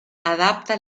adapta